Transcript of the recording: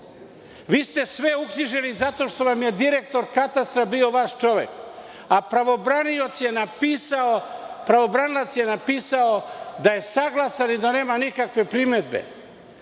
Vi ste sve uknjižili zato što vam je direktor Katastra bio vaš čovek, pravobranilac je napisao da je saglasan i da nema nikakve primedbe,